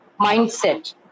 mindset